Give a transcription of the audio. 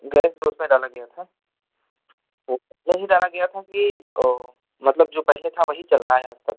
gas जो उसमें डाला गया था वह पहले ही डाला गया था कि मतलब जो पहले था वही चल रहा है आज तक